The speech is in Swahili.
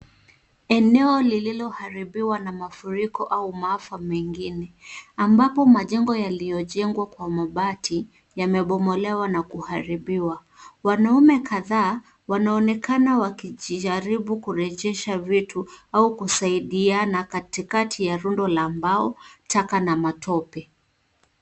Eneo lililoharibiwa na mafuriko au maafa mengine, ambapo majengo yaliyojengwa kwa mabati, yamebomolewa na kuharibiwa. Wanaume kadhaa wanaonekana wakijaribu kurejesha vitu au kusaidiana katikati ya rundo la mbao, taka, na matope.